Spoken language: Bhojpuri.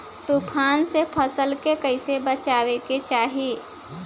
तुफान से फसल के कइसे बचावे के चाहीं?